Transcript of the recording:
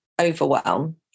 overwhelm